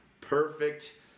perfect